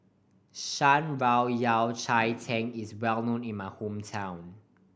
Shan Rui Yao Cai Tang is well known in my hometown